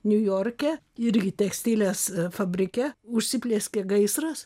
niujorke irgi tekstilės fabrike užsiplieskė gaisras